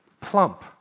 plump